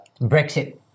Brexit